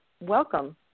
Welcome